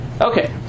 Okay